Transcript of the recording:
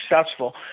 successful